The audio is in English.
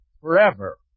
forever